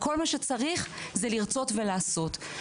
כל מה שצריך זה לרצות ולעשות.